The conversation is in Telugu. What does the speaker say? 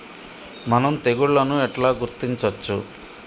మనం తెగుళ్లను ఎట్లా గుర్తించచ్చు?